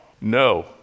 No